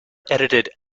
edited